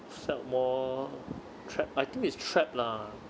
felt more trap~ I think it's trapped lah